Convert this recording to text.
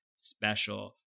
special